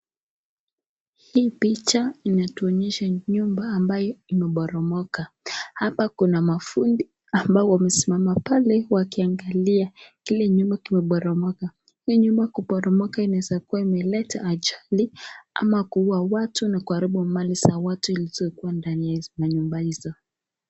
Hii picha inatuonyesha nyumba ambayo imeboromoka. Hapa kuna mafundi ambao wamesimama pale wakiangalia kile nyumba kimeboromoka. Hii nyumba kuboromoka inaweza kuwa imeleta ajali ama kuua watu na kuharibu mali za watu zilizokuwa ndani ya manyumba hizo.